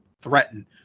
threaten